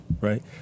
right